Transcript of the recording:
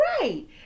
right